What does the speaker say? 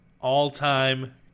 All-time